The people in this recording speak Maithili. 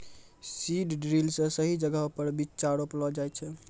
सीड ड्रिल से सही जगहो पर बीच्चा रोपलो जाय छै